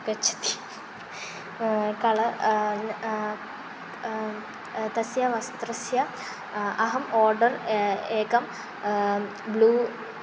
गच्छति कळर् तस्य वस्त्रस्य अहम् आर्डर् एकं ब्लू